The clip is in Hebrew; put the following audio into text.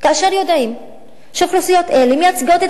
כאשר יודעים שאוכלוסיות אלה מייצגות את